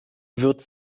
wird